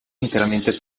interamente